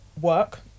work